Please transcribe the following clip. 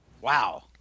Wow